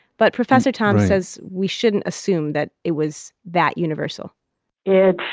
but professor tome says we shouldn't assume that it was that universal yeah